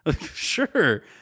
Sure